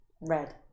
Red